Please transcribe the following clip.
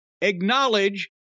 acknowledge